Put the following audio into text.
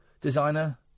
designer